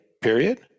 period